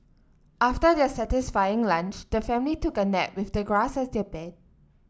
after their satisfying lunch the family took a nap with the grass as their bed